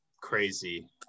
crazy